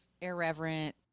irreverent